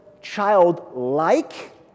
childlike